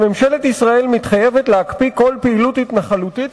שממשלת ישראל מתחייבת להקפיא כל פעילות התנחלותית,